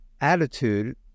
attitude